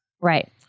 right